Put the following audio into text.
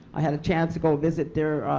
i had a chance to go visit their